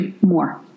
more